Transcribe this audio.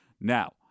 Now